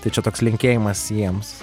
tai čia toks linkėjimas jiems